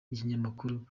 n’ikinyamakuru